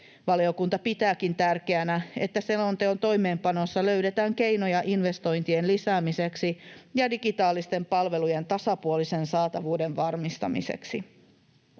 Valiokunta pitääkin tärkeänä, että selonteon toimeenpanossa löydetään keinoja investointien lisäämiseksi ja digitaalisten palvelujen tasapuolisen saatavuuden varmistamiseksi.